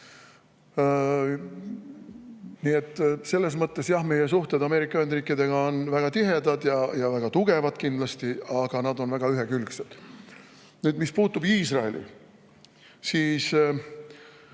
Nii et selles mõttes, jah, meie suhted Ameerika Ühendriikidega on kindlasti väga tihedad ja väga tugevad, aga nad on väga ühekülgsed. Mis puutub Iisraeli, siis